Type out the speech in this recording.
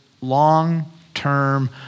long-term